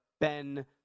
Ben